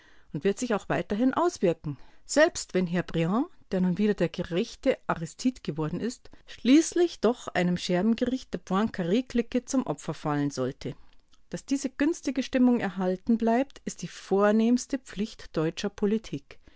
und wird sich auch weiterhin auswirken selbst wenn herr briand der nun wieder der gerechte aristides geworden ist schließlich doch einem scherbengericht der poincar-clique zum opfer fallen sollte daß diese günstige stimmung erhalten bleibt ist die vornehmste pflicht deutscher politik